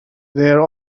there